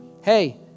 Hey